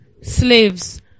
Slaves